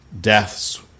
deaths